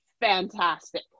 fantastic